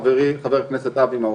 חברי חבר הכנסת אבי מעוז,